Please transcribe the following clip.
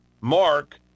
Mark